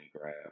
grab